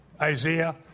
Isaiah